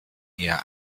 eher